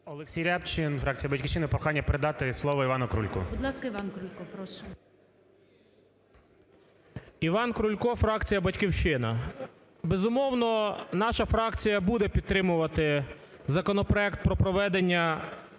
Олексій Рябчин, фракція "Батьківщина". Прохання передати слово Івану Крулько. ГОЛОВУЮЧИЙ. Іван Крулько, прошу. 11:42:58 КРУЛЬКО І.І. Іван Крулько, фракція "Батьківщина". Безумовно, наша фракція буде підтримувати законопроект про проведення